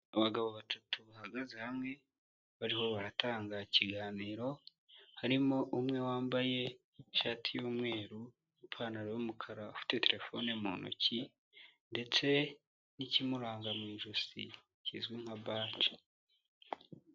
Abagabo batatu bahagaze hamwe, bariho baratanga ikiganiro, harimo umwe wambaye ishati y'umweru, ipantaro y'umukara, ufite telefone mu ntoki ndetse n'ikimuranga mu ijosi kizwi nka baje.